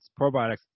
probiotics